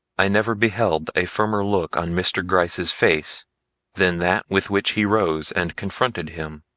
i never beheld a firmer look on mr. gryce's face than that with which he rose and confronted him.